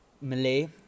Malay